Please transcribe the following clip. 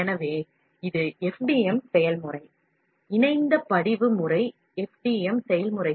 எனவே இது FDM செயல்முறைக்கு ஒரு அடிப்படைக் கொள்கையாகும் இணைந்த படிவு முறை FDM செயல்முறை